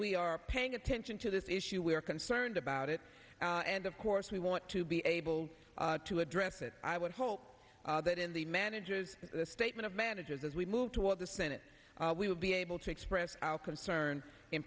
we are paying attention to this issue we are concerned about it and of course we want to be able to address it i would hope that in the manages the statement manages as we move toward the senate we will be able to express our concern in